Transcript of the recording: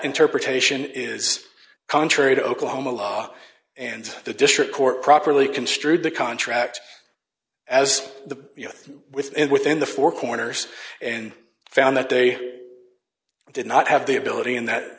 interpretation is contrary to oklahoma law and the district court properly construed the contract as the you know within within the four corners and found that they did not have the ability in that